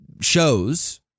Shows